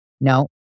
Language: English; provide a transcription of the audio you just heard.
No